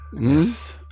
Yes